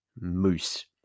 moose